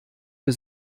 für